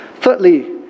Thirdly